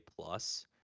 plus